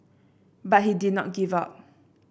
but he did not give up